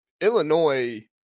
Illinois